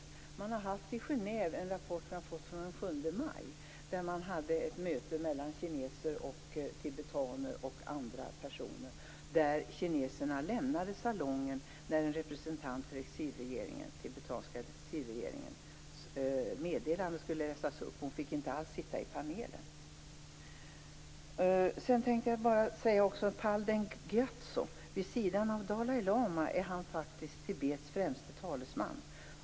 Det finns en rapport från Genève där man den 7 maj hade ett möte mellan kineser, tibetaner och andra personer. Kineserna lämnade då salen när ett meddelande från en representant för den tibetanska exilregeringen skulle läsas upp. Hon fick inte ens sitta i panelen. Palden Giatso är vid sidan av Dalai lama Tibets främste talesman.